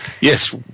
Yes